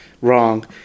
Wrong